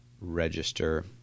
register